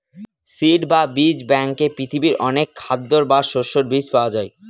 seed বা বীজ ব্যাঙ্কে পৃথিবীর অনেক খাদ্যের বা শস্যের বীজ পাওয়া যায়